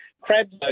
Crabs